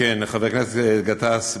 לחבר הכנסת גטאס,